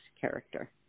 character